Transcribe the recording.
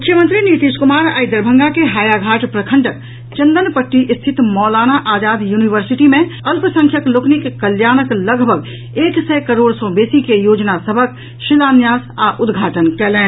मुख्यमंत्री नीतीश कुमार आइ दरभंगा के हायाघाट प्रखंडक चंदनपट्टी स्थित मौलाना आजाद यूनिवर्सिटी मे अल्पसंख्यक लोकनिक कल्याणक लगभग एक सय करोड़ सॅ बेसी के योजना सभक शिलान्यास आ उद्घाटन कयलनि